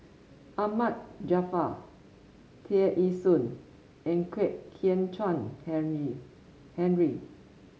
Ahmad Jaafar Tear Ee Soon and Kwek Hian Chuan Henry Henry